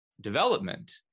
development